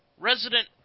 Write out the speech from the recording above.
resident